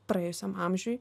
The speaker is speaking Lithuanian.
praėjusiam amžiuj